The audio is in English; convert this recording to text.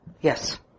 Yes